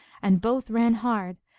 and both ran hard,